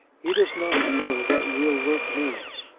he does not know what real work means.